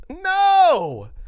No